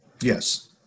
Yes